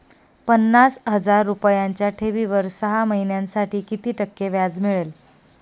पन्नास हजार रुपयांच्या ठेवीवर सहा महिन्यांसाठी किती टक्के व्याज मिळेल?